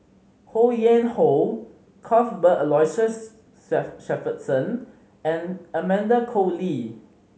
Ho Yuen Hoe Cuthbert Aloysius Shepherdson and Amanda Koe Lee